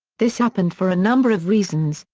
this happened for a number of reasons,